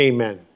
Amen